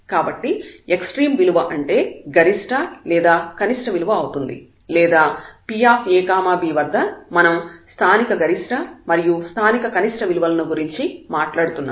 కాబట్టి ఎక్స్ట్రీమ్ విలువ అంటే గరిష్ట లేదా కనిష్ట విలువ అవుతుంది లేదా Pab వద్ద మనం స్థానిక గరిష్ట మరియు స్థానిక కనిష్ట విలువలను గురించి మాట్లాడుతున్నాము